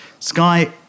Sky